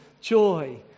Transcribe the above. joy